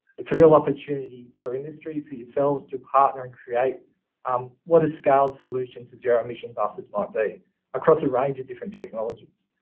it's a real opportunity for industry, for yourselves to partner and create um what a scout solution to zero emissions buses might be across a range of different technologies.